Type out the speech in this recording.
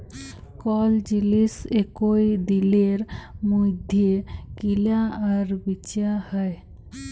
call জিলিস একই দিলের মইধ্যে কিলা আর বিচা হ্যয়